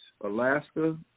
Alaska